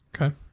okay